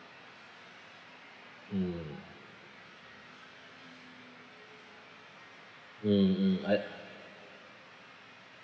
mm mm mm I